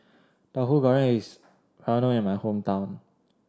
Tahu Goreng is well known in my hometown